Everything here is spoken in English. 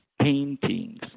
paintings